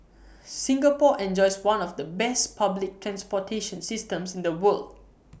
Singapore enjoys one of the best public transportation systems in the world